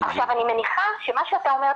אני מניחה שמה שאתה אומר,